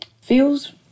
feels